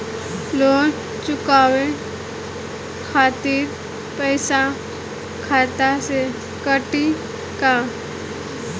Loan चुकावे खातिर पईसा खाता से कटी का?